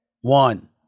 One